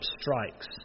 strikes